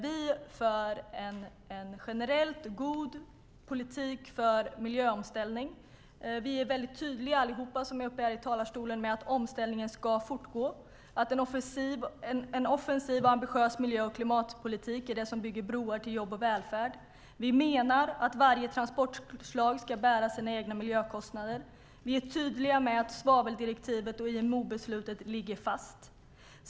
Vi för en generellt god politik för miljöomställning. Alla vi som är uppe i talarstolen är väldigt tydliga med att omställningen ska fortgå och att en offensiv och ambitiös klimatpolitik är det som bygger broar till jobb och välfärd. Vi menar att varje transportslag ska bära sina egna miljökostnader. Vi är tydliga med att svaveldirektivet och IMO-beslutet ligger fast.